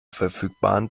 verfügbaren